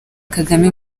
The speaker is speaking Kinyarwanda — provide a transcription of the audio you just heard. kagame